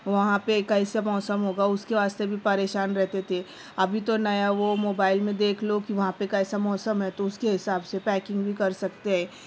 وہاں پہ کیسے موسم ہوگا اس کے واسطے بھی پریشان رہتے تھے ابھی تو نیا وہ موبائل میں دیکھ لو کہ وہاں پہ کیسا موسم ہے تو اس کے حساب سے پیکنگ بھی کر سکتے ہیں